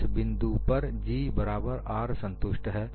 इस बिंदु पर G बराबर R संतुष्ट हैं